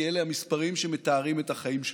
כי אלה המספרים שמתארים את החיים שלכם,